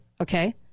Okay